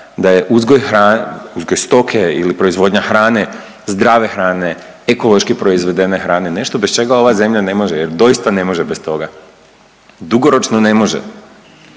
hrane, uzgoj stoke ili proizvodnja hrane, zdrave hrane ekološki proizvedene hrane nešto bez čega ova zemlja ne može jer doista ne može bez toga, dugoročno ne može.